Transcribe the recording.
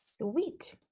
Sweet